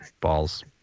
balls